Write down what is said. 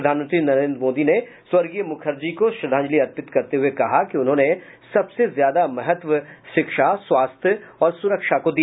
प्रधानमंत्री नरेन्द्र मोदी ने स्वर्गीय मुखर्जी को श्रद्धांजलि अर्पित करते हये कहा कि उन्होंने सबसे ज्यादा महत्व शिक्षा स्वास्थ्य और सूरक्षा को दिया